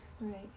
Right